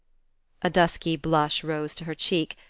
a dusky blush rose to her cheek,